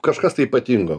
kažkas tai ypatingo